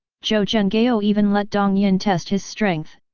zhou zhenghao even let dong yin test his strength,